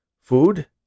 Food